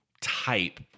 type